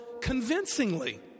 convincingly